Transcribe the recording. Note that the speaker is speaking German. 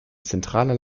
zentraler